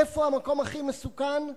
איפה המקום הכי מסוכן?